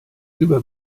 über